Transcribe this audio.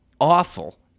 awful